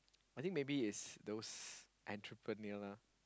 I think maybe is those entrepreneur lah